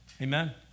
Amen